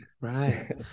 right